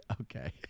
okay